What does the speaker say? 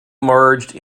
merged